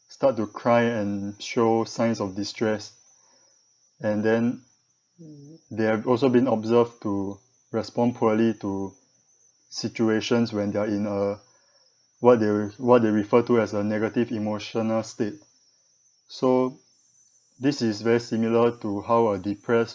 start to cry and show signs of distress and then they have also been observed to respond poorly to situations when they're in a what they what they refer to as a negative emotional state so this is very similar to how a depressed